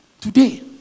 today